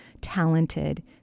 talented